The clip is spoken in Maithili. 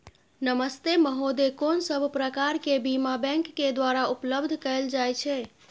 नमस्ते महोदय, कोन सब प्रकार के बीमा बैंक के द्वारा उपलब्ध कैल जाए छै?